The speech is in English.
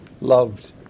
loved